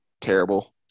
terrible